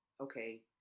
Okay